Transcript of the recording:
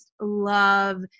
love